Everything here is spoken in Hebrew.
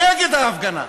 נגד ההפגנה.